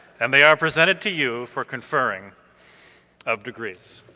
and they are presented to you for conferring of degrees.